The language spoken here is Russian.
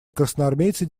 красноармейцы